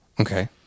Okay